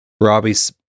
Robbie's